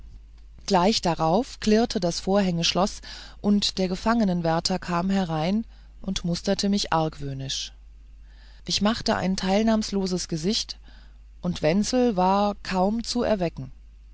gleich darauf klirrte das vorhängeschloß und der gefängniswärter kam herein und musterte mich argwöhnisch ich machte ein teilnahmsloses gesicht und wenzel war kaum zu erwecken